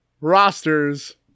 rosters